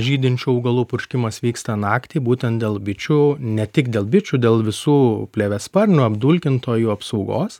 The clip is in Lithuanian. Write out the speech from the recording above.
žydinčių augalų purškimas vyksta naktį būtent dėl bičių ne tik dėl bičių dėl visų plėviasparnių apdulkintojų apsaugos